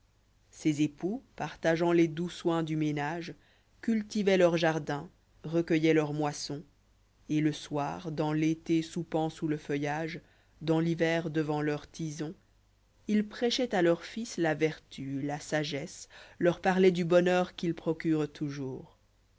ces époux partageait les doux soins du ménage cultivoient leur jardin recueilloient leurs moissons et le soir dans l'été soupant sous le feuillage dans l'hiver devant leurs tisons il prêchait à leurs fils la vertu la sagesse leur partaient du bonheur qu'ils procurent toujours